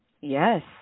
yes